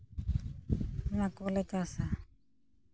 ᱚᱱᱟ ᱠᱚᱜᱮᱞᱮ ᱪᱟᱥᱼᱟ